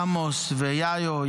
עמוס ויאיו,